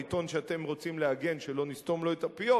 העיתון שאתם רוצים להגן שלא נסתום לו את הפיות,